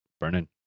burning